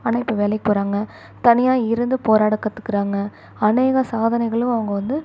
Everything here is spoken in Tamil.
ஆனால் இப்போ வேலைக்கு போகிறாங்க தனியாக இருந்து போராட கத்துக்கிறாங்க அநேக சாதனைகளும் அவங்க வந்து